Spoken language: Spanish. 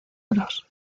bros